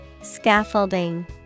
Scaffolding